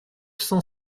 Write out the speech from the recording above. cent